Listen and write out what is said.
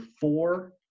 four